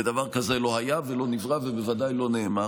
ודבר כזה לא היה ולא נברא ובוודאי לא נאמר,